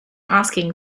asking